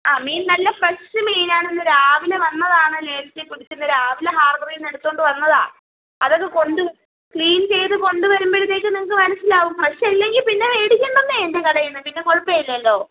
ആ മീൻ നല്ല ഫ്രഷ് മീൻ ആണ് ഇന്ന് രാവിലെ വന്നതാണ് നേരിട്ട് പിടിച്ച് ഇന്ന് രാവിലെ ഹാർബറിൽ നിന്ന് എടുത്തുകൊണ്ട് വന്നതാണ് അതങ്ങ് കൊണ്ട് ക്ലീൻ ചെയ്തുകൊണ്ട് വരുമ്പോഴത്തേക്ക് നിങ്ങൾക്ക് മനസ്സിലാവും ഫ്രഷ് അല്ലെങ്കിൽ പിന്നെ മേടിക്കേണ്ടെന്നേ എൻ്റെ കടയിൽ നിന്ന് പിന്നെ കുഴപ്പം ഇല്ലല്ലോ